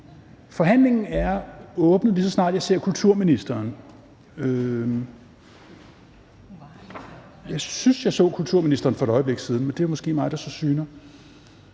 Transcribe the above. Forhandlingen er åbnet, lige så snart jeg ser kulturministeren; jeg synes, jeg så kulturministeren for et øjeblik siden, men det er måske mig, der så syner.